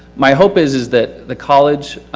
my hope is, is that the college,